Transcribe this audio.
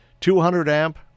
200-amp